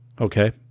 Okay